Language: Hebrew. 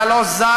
אתה לא זז,